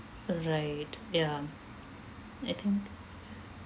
right ya I think